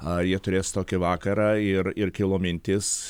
ar jie turės tokį vakarą ir ir kilo mintis